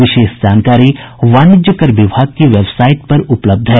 विशेष जानकारी वाणिज्य कर विभाग की वेबसाईट पर उपलब्ध है